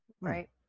right